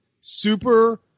super